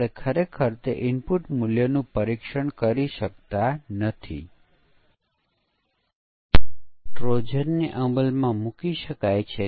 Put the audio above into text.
અને તેથી યુનિટ પરીક્ષણ એ ચકાસણી પ્રવૃત્તિ છે